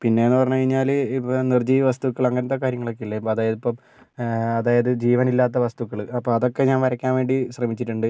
പിന്നെന്നു പറഞ്ഞു കഴിഞ്ഞാൽ ഇപ്പോൾ നിർജീവ വസ്തുക്കൾ അങ്ങനത്തെ കാര്യങ്ങളൊക്കെ ഇല്ലേ അതായത് ഇപ്പം അതായത് ജീവനില്ലാത്ത വസ്തുക്കൾ അപ്പോൾ അതൊക്കെ ഞാൻ വരക്കാൻ വേണ്ടി ശ്രമിച്ചിട്ടുണ്ട്